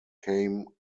came